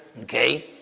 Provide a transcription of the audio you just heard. Okay